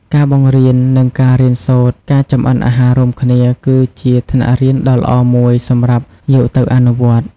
ការបង្រៀន និងការរៀនសូត្រ ការចម្អិនអាហាររួមគ្នាគឺជាថ្នាក់រៀនដ៏ល្អមួយសម្រាប់យកទៅអនុវត្ត ។